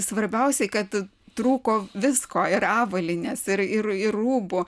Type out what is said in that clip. svarbiausiai kad trūko visko ir avalynės ir ir ir rūbų